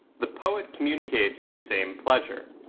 the poet communicates the same pleasure.